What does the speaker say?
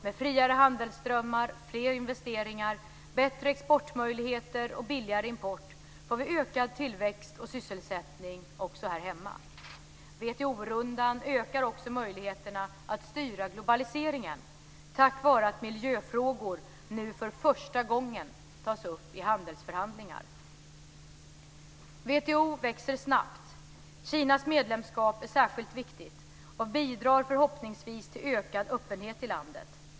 Med friare handelsströmmar, fler investeringar, bättre exportmöjligheter och billigare import får vi ökad tillväxt och sysselsättning också här hemma. WTO-rundan ökar också möjligheterna att styra globaliseringen, tack vare att miljöfrågor nu för första gången tas upp i handelsförhandlingar. WTO växer snabbt. Kinas medlemskap är särskilt viktigt och bidrar förhoppningsvis till ökad öppenhet i landet.